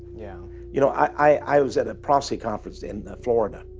yeah you know i was at a prophecy conference in florida,